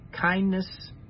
kindness